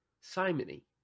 simony